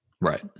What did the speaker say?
Right